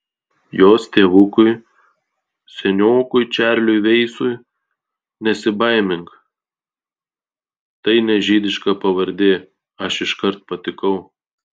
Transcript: jos tėvukui seniokui čarliui veisui nesibaimink tai ne žydiška pavardė aš iškart patikau